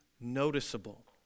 noticeable